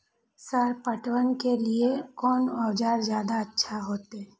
Sir पटवन के लीऐ कोन औजार ज्यादा अच्छा होते?